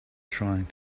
trying